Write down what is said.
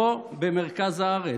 לא במרכז הארץ,